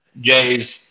Jay's